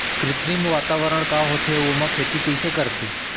कृत्रिम वातावरण का होथे, अऊ ओमा खेती कइसे करथे?